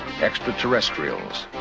extraterrestrials